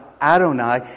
Adonai